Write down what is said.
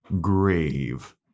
Grave